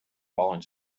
falling